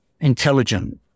intelligent